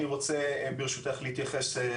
אני רוצה ברשותך להתייחס,